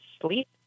sleep